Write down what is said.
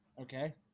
Okay